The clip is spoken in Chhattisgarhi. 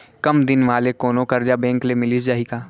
कम दिन वाले कोनो करजा बैंक ले मिलिस जाही का?